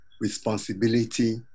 responsibility